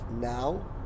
now